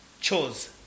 chose